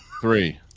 three